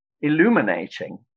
illuminating